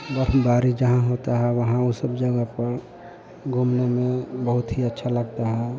बर्फबारी जहाँ होती है वहाँ उ सब जगह पर घूमने में बहुत ही अच्छा लगता है